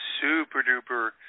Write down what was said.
super-duper